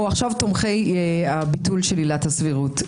או עכשיו תומכי הביטול של עילת הסבירות,